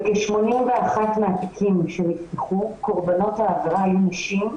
בכ- 81 מהתיקים שנפתחו קורבנות העבירה היו נשים,